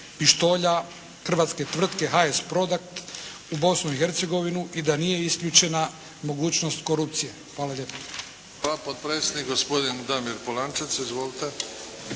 pištolja hrvatske tvrtke “HS PRODUCT“ u Bosnu i Hercegovinu i da nije isključena mogućnost korupcije. Hvala lijepo.